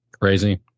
Crazy